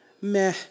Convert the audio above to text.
meh